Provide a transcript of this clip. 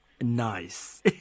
Nice